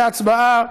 להצבעה